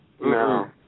No